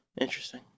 Interesting